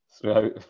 throughout